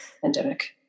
pandemic